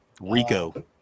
Rico